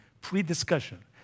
pre-discussion